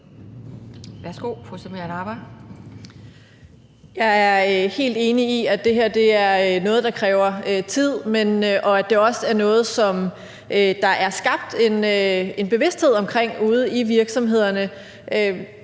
Jeg er helt enig i, at det her er noget, der kræver tid, og at det også er noget, som der er skabt en bevidsthed om ude i virksomhederne.